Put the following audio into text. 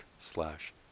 slash